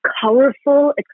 colorful